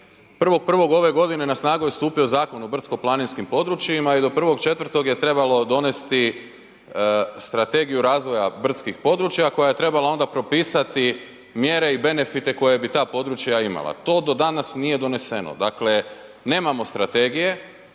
kuna. 1.1. ove godine na snagu je stupio Zakon o brdsko-planinskim područjima i do 1.4. je trebalo donesti Strategiju razvoja brdskih-područja koja je trebala onda propisati mjere i benefite koje bi ta područja imala. To do danas nije doneseno. Dakle nemamo strategije,